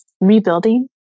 rebuilding